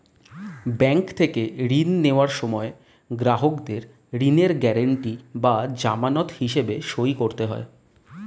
bank থেকে ঋণ নেওয়ার সময় গ্রাহকদের ঋণের গ্যারান্টি বা জামানত হিসেবে সই করতে হয়